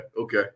okay